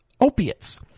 Opiates